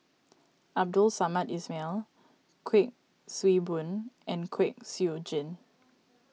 Abdul Samad Ismail Kuik Swee Boon and Kwek Siew Jin